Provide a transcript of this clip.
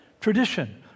Tradition